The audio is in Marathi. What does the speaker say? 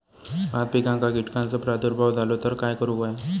भात पिकांक कीटकांचो प्रादुर्भाव झालो तर काय करूक होया?